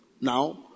Now